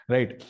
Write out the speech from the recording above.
Right